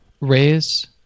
raise